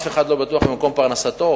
אף אחד לא בטוח במקום פרנסתו,